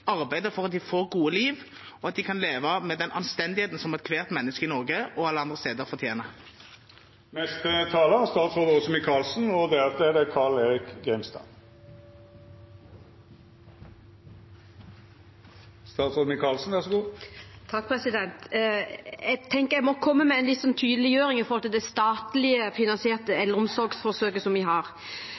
for at de får gode liv, og at de kan leve med den anstendigheten som ethvert menneske i Norge og alle andre steder fortjener. Jeg må komme med en tydeliggjøring når det gjelder det statlig finansierte eldreomsorgsforsøket som vi har. Representant Kjerkol var i sitt innlegg inne på sin kommune, og nå ønsker jeg å lese høyt noe fra ordføreren i Stjørdal, som